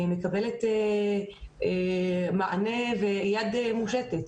מקבלת מענה ויד מושטת.